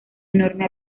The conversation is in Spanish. enorme